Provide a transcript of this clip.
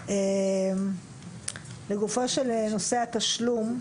לגבי נושא התשלום.